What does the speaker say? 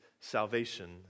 salvation